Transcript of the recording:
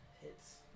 hits